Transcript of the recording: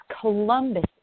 Columbus